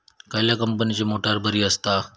खयल्या कंपनीची मोटार बरी असता?